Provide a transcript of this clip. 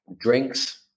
Drinks